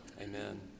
Amen